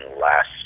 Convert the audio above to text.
last